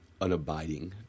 unabiding